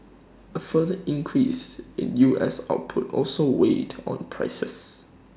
A further increase in U S output also weighed on prices